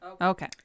Okay